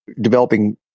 developing